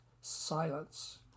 silence